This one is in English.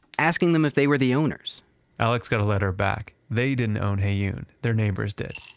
asking them if they were the owners alex got a letter back. they didn't own heyoon, their neighbors did.